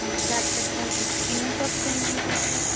Surf Excel soaps ఎన్ని soaps ఇమ్మంటారండి